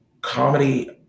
comedy